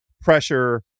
pressure